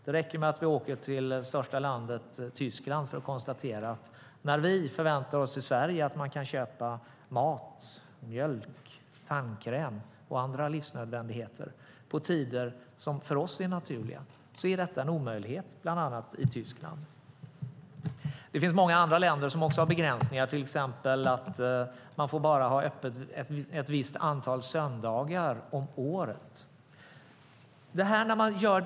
Det räcker med att vi åker till det största landet, Tyskland. Vi kan konstatera att när vi förväntar oss i Sverige att kunna köpa mat, mjölk, tandkräm och andra livsnödvändigheter på tider som för oss är naturliga, då är detta en omöjlighet bland annat i Tyskland. Det finns många andra länder som också har begränsningar, till exempel att man får ha öppet bara ett visst antal söndagar om året.